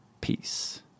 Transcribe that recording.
Peace